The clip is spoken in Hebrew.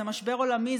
זה משבר עולמי,